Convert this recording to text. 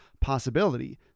possibility